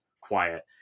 quiet